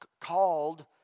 called